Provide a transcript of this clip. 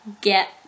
get